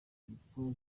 gitwaza